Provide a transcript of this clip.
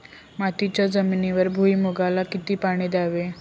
मातीच्या जमिनीवर भुईमूगाला किती पाणी द्यावे?